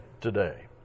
today